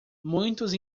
muitos